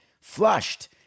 Flushed